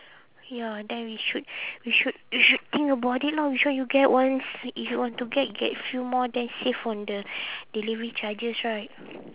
ya then we should we should we should think about it lah which one you get once if you want to get get few more then save on the delivery charges right